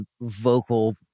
vocal